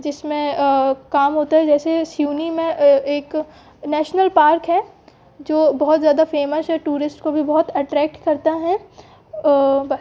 जिसमें काम होता है जैसे सिवनी में एक नेशनल पार्क है जो बहुत ज़्यादा फेमश है टूरिस्ट को भी बहुत अटरैक्ट करता है बस